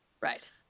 right